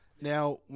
now